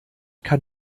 kann